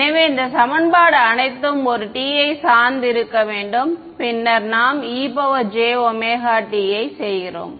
எனவே இந்த சமன்பாடு அனைத்தும் ஒரு t யை சார்ந்து இருக்க வேண்டும் பின்னர் நாம் e jωt யை செய்கிறோம்